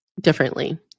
differently